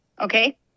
okay